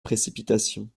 précipitation